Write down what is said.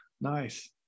Nice